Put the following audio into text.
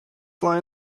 fly